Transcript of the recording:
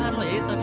um please um